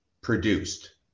produced